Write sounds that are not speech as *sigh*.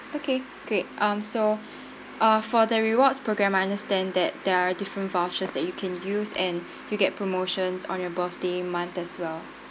okay great um so *breath* uh for the rewards program I understand that there are different vouchers that you can use and *breath* you get promotions on your birthday month as well